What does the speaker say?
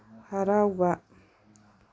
ꯍꯔꯥꯎꯕ